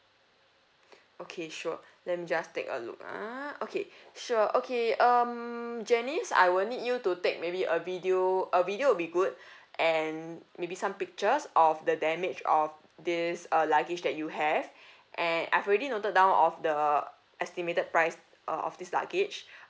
okay sure let me just take a look ah okay sure okay um janice I will need you to take maybe a video a video will be good and maybe some pictures of the damage of this uh luggage that you have and I've already noted down of the estimated price uh of this luggage